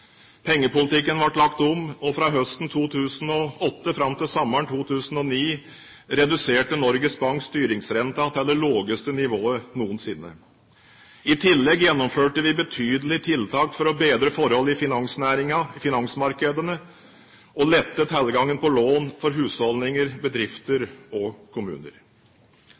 Pengepolitikken ble lagt om, og fra høsten 2008 fram til sommeren 2009 reduserte Norges Bank styringsrenten til det laveste nivået noensinne. I tillegg gjennomførte vi betydelige tiltak for å bedre forholdene i finansnæringen, i finansmarkedene og lette tilgangen på lån for husholdninger, bedrifter og kommuner.